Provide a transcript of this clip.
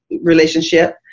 relationship